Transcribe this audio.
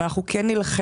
אבל אנחנו כן נילחם,